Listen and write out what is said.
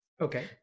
Okay